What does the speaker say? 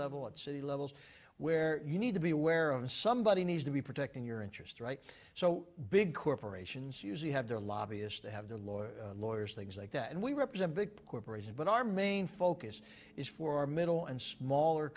level at city levels where you need to be aware and somebody needs to be protecting your interest right so big corporations usually have their lobbyist they have the lawyers lawyers things like that and we represent big corporations but our main focus is for middle and smaller